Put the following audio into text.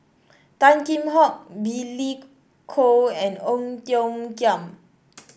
Tan Kheam Hock Billy Koh and Ong Tiong Khiam